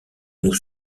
nous